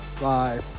Bye